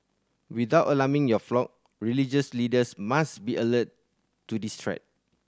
without alarming your flock religious leaders must be alert to this threat